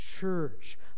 church